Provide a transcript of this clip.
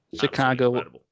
Chicago